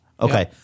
Okay